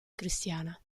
cristiana